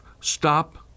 stop